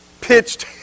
pitched